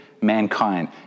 mankind